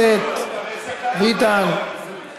והכסף שאתה משחרר, תיתן, חבר הכנסת ביטן.